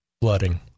flooding